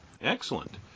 Excellent